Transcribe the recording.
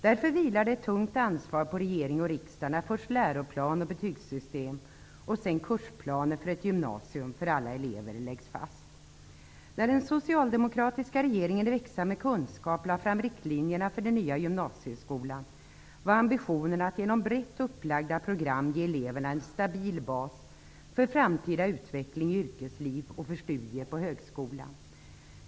Därför vilar ett tungt ansvar på regering och riksdag när först läroplan och betygssystem och sedan kursplaner för ett gymnasium för alla elever läggs fast. När den socialdemokratiska regeringen i Växa med kunskap lade fram riktlinjerna för den nya gymnasieskolan var ambitionen att genom brett upplagda program ge eleverna en stabil bas för framtida utveckling i yrkeslivet och för studier på högskolan.